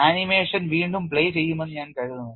animation വീണ്ടും play ചെയ്യുമെന്ന് ഞാൻ കരുതുന്നു